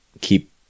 keep